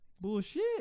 Bullshit